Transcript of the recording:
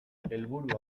helburu